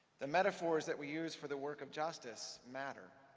the metaphors that we use for the work of justice matter.